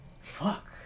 Fuck